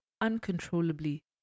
Uncontrollably